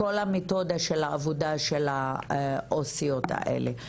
כל המתודה של העבודה של העו"סיות האלה.